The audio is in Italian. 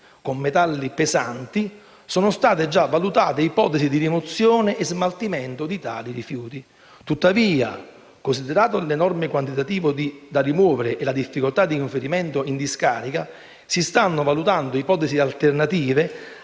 con metalli pesanti, sono state già valutate ipotesi di rimozione e smaltimento di tali rifiuti. Tuttavia, considerato l'enorme quantitativo da rimuovere e la difficoltà di conferimento in discarica, si stanno valutando ipotesi alternative,